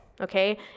okay